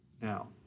Now